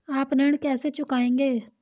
आप ऋण कैसे चुकाएंगे?